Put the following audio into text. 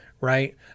right